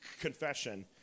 confession